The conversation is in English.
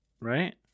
right